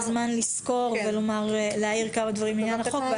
זמן לסקור ולהעיר כמה דברים לעניין החוק,